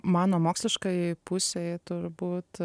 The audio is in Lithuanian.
mano moksliškajai pusei turbūt